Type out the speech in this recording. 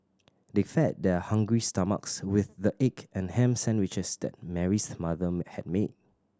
they fed their hungry stomachs with the egg and ham sandwiches that Mary's mother had made